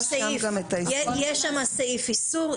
יש שם סעיף איסור,